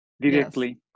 directly